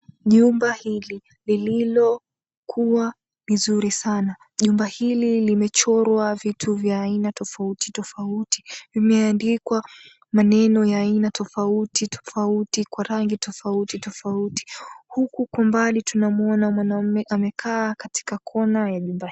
Jumba hili lililokuwa ni zuri sana, limechorwa vitu vya aina tofauti tofauti. Imeandikwa maneno ya aina tofauti tofauti kwa rangi tofauti tofauti, huku kwa mbali tunamwona mwanamume amekaa kona ya jumba hilo.